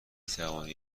توانید